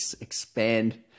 expand